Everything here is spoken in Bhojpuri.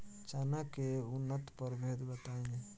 चना के उन्नत प्रभेद बताई?